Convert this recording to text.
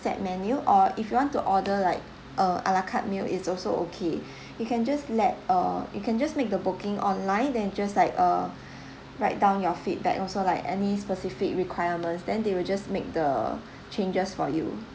set menu or if you want to order like uh ala carte meal is also okay you can just let uh you can just make the booking online then just like uh write down your feedback also like any specific requirements then they will just make the changes for you